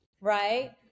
right